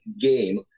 game